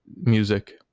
music